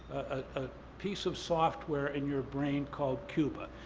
a piece of software in your brain called cuba.